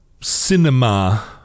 cinema